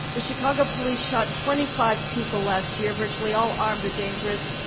the chicago police shot twenty five people last year, virtually all armed or dangerous.